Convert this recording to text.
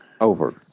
over